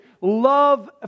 love